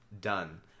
Done